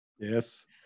Yes